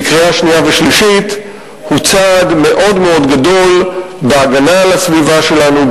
בקריאה שנייה ושלישית הוא צעד גדול בהגנה על הסביבה שלנו,